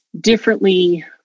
differently